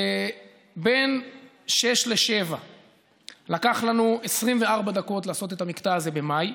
בין 06:00 ל-07:00 לקח לנו 24 דקות לעשות את המקטע הזה במאי.